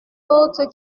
autres